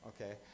Okay